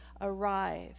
arrive